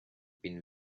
been